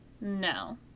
No